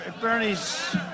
Bernie's